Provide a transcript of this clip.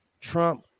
Trump